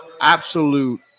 absolute